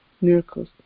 miracles